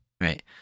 Right